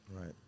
right